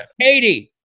Katie